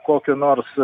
kokiu nors